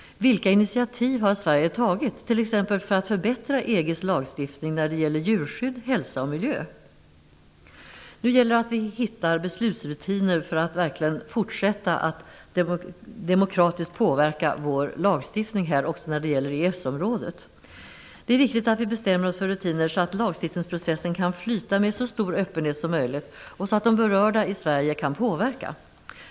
Vilka initiativ har Sverige tagit, t.ex. för att förbättra EG:s lagstiftning när det gäller djurskydd, hälsa och miljö? Nu gäller det att vi hittar beslutsrutiner för att verkligen fortsätta att demokratiskt påverka vår lagstiftning också på EES-området. Det är viktigt att vi bestämmer oss för rutiner så att lagstiftningsprocessen kan flyta med så stor öppenhet som möjligt och så att de berörda i Sverige kan påverka.